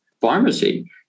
pharmacy